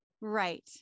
Right